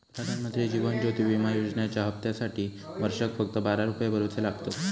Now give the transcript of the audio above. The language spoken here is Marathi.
प्रधानमंत्री जीवन ज्योति विमा योजनेच्या हप्त्यासाटी वर्षाक फक्त बारा रुपये भरुचे लागतत